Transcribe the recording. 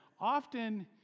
often